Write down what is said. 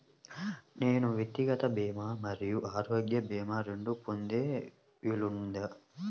నేను వ్యక్తిగత భీమా మరియు ఆరోగ్య భీమా రెండు పొందే వీలుందా?